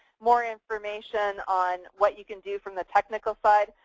more information on what you can do from the technical side.